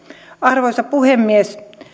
arvoisa puhemies